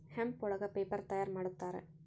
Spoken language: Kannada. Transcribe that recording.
ಹೆಂಪ್ ಒಳಗ ಪೇಪರ್ ತಯಾರ್ ಮಾಡುತ್ತಾರೆ